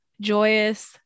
joyous